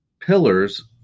pillars